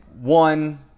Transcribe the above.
one